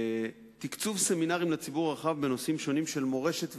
תקצוב סמינרים לציבור הרחב בנושאים שונים של מורשת והיסטוריה.